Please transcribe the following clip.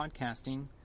podcasting